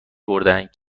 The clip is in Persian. بردهاند